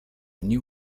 new